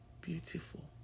beautiful